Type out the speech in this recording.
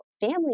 family